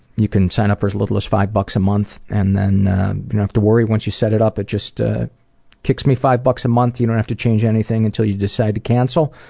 you can sign up for as little as five bucks a month and then you don't have to worry. once you set it up it just ah kicks me five bucks a month. you don't have to change anything until you decide to cancel,